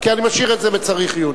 כי אני משאיר את זה ב"צריך עיון".